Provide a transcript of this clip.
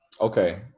Okay